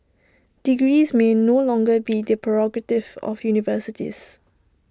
degrees may no longer be the prerogative of universities